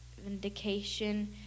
vindication